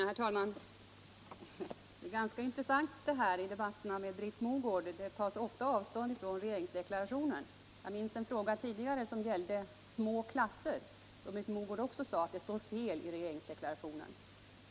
Uppgifter har lämnats i pressen om att ungdomar som sökt feriearbete fått höra att arbetsgivarna inte kunnat anställa dem på grund av de s.k. Åmanlagarna.